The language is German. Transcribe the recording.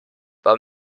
war